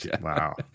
Wow